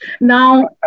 Now